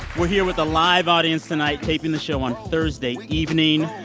we're here with a live audience tonight, taping the show on thursday evening.